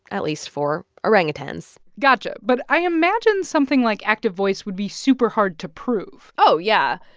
at least for orangutans got you. but i imagine something like active voice would be super hard to prove oh, yeah.